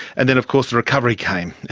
and then of course the recovery came.